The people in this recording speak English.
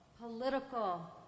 political